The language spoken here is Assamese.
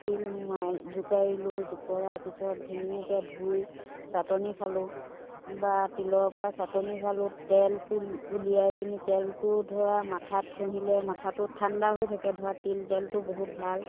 তিল মা জোকাৰিলোঁ জোকৰাৰ পিছত ধুনীয়াকৈ ধুই ছাটনি খালোঁ বা তিলৰ পৰা ছাটনি খালোঁ তেলটো উলিয়াই পিনি তেলটো ধৰা মাথাত ঘঁহিলে মাথাটো ঠাণ্ডা হৈ থাকে ধৰা তিল তেলটো বহুত ভাল